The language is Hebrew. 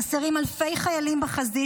חסרים אלפי חיילים בחזית.